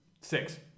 Six